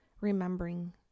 remembering